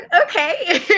okay